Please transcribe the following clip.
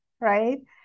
right